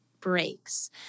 breaks